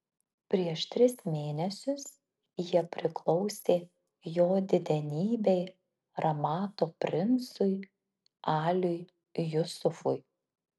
prieš tris mėnesius jie priklausė jo didenybei ramato princui aliui jusufui